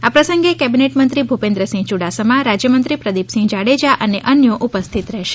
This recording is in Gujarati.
આ પ્રસંગે કેબીનેટમંત્રી ભૂપેન્દ્રસિંહ યુડાસમા રાજ્યમંત્રી પ્રદિપસિંહ જાડેજા અને અન્ય ઉપસ્થીત રહેશે